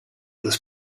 this